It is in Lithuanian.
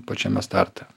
pačiame starte